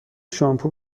شامپو